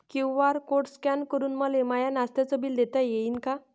QR code scan करून मले माय नास्त्याच बिल देता येईन का?